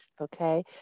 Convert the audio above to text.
Okay